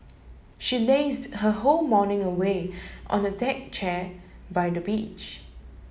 she lazed her whole morning away on a deck chair by the beach